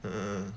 uh